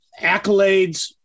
accolades